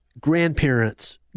grandparents